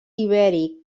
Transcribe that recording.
ibèric